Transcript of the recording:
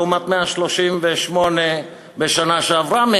לעומת 138 בשנה שעברה,